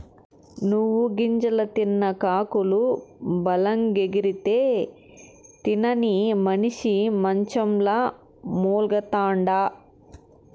నువ్వు గింజ తిన్న కాకులు బలంగెగిరితే, తినని మనిసి మంచంల మూల్గతండా